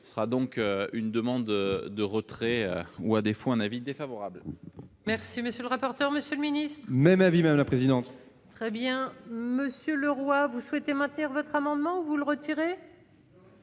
sera donc une demande de retrait ou à défaut un avis défavorable. Merci, monsieur le rapporteur, monsieur le Ministre. Même avis mais la présidente. Très bien monsieur le roi vous souhaiter maintenir votre amendement, vous le retirer.